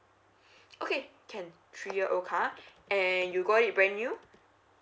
okay can three year old car and you got it brand new